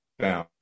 down